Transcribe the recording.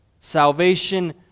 Salvation